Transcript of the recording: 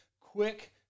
quick